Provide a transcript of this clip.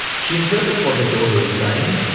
she interprets what her daughter is saying,